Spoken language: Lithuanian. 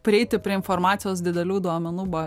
prieiti prie informacijos didelių duomenų ba